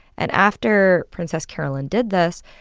and after princess caroline did this,